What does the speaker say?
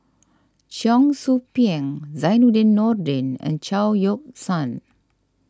Cheong Soo Pieng Zainudin Nordin and Chao Yoke San